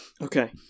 Okay